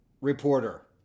reporter